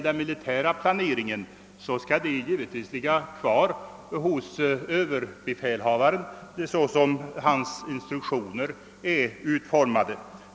Den militära planeringen skall givetvis fortfarande åvila överbefälhavaren i enlighet med hans instruktioner.